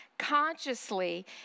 consciously